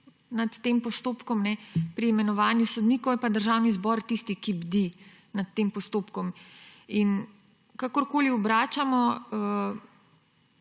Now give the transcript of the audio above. nad tem postopkom, pri imenovanju sodnikov je pa Državni zbor tisti, ki bdi nad tem postopkom. Kakorkoli obračamo,